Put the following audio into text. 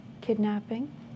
Kidnapping